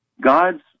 God's